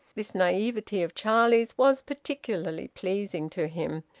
this naivete of charlie's was particularly pleasing to him,